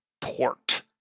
port